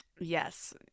Yes